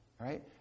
right